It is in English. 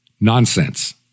Nonsense